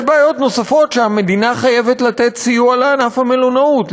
יש בעיות נוספות שבגללן המדינה חייבת לתת סיוע לענף המלונאות.